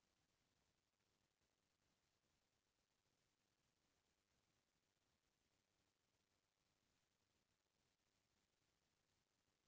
आज अमेरिका चीन मन ल जादा धनवान देस एकरे बर कहे जाथे काबर के ओहा सब्बो कोती ले बरोबर धनवान हवय